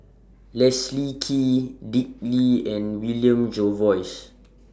Leslie Kee Dick Lee and William Jervois